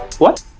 what